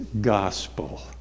gospel